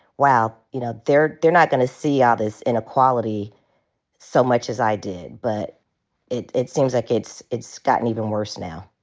while, you know, they're they're not going to see all ah this inequality so much as i did. but it it seems like it's it's gotten even worse now.